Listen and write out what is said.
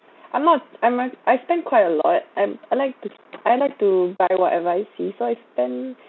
I'm not I'm a I spend quite a lot and I like to I like to buy whatever I see so I spend